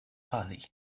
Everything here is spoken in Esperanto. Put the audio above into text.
fali